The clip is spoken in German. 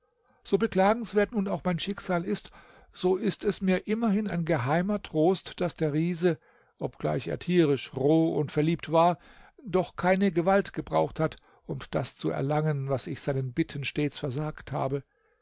so beklagenswert nun auch mein schicksal ist so ist es mir immerhin ein geheimer trost daß der riese obgleich er tierisch roh und verliebt war doch keine gewalt gebraucht hat um das zu erlangen was ich seinen bitten stets versagt habe